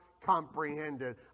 comprehended